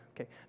Okay